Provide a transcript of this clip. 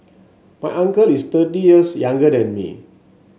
my uncle is thirty years younger than me